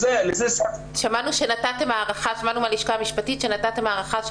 שמענו מהלשכה המשפטית שנתתם הארכה של